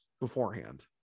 beforehand